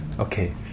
okay